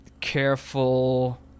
careful